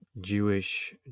Jewish